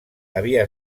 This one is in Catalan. havia